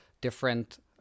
different